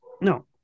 No